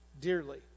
dearly